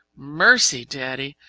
mercy! daddy,